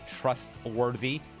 trustworthy